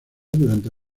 durante